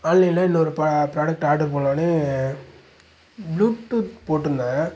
ஆன்லைனில் இன்னொரு product order பண்லாம்னு ப்ளூடூத் போட்ருந்தேன்